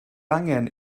angen